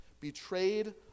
betrayed